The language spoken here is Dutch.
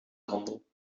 handel